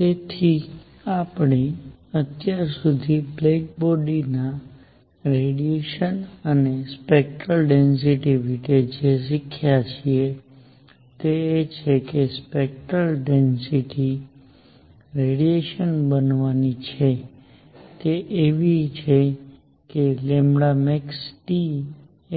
તેથી આપણે અત્યાર સુધી બ્લેક બોડીના રેડિયેશન અને તેની સ્પેક્ટ્રલ ડેન્સિટિ વિશે જે શીખ્યા છીએ તે એ છે કે સ્પેક્ટ્રલ ડેન્સિટિ રેડિયેશન બનવાની છે તે એવી છે કે maxT